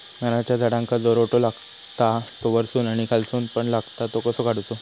नारळाच्या झाडांका जो रोटो लागता तो वर्सून आणि खालसून पण लागता तो कसो काडूचो?